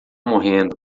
morrendo